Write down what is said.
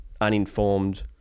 uninformed